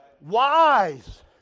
Wise